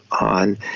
on